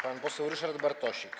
Pan poseł Ryszard Bartosik.